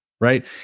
right